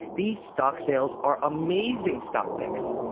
these stock sales are amazing stock picks,